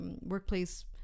workplace